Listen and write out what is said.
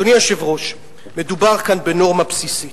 אדוני היושב-ראש, מדובר כאן בנורמה בסיסית.